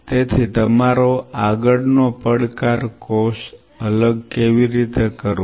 તેથી તમારો આગળનો પડકાર કોષ અલગ કેવી રીતે કરવો